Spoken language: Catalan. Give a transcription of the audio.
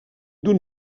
d’un